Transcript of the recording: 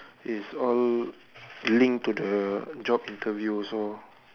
is all linked to the job interview so